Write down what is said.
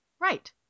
Right